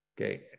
Okay